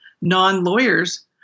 non-lawyers